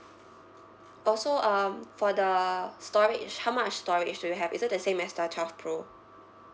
orh so um for the storage how much storage do you have is it the same as the twelve pro